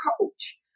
coach